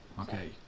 Okay